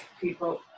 people